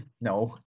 No